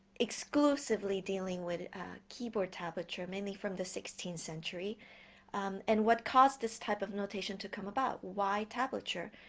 exclusively dealing with keyboard tablature mainly from the sixteenth century and what caused this type of notation to come about why tablature?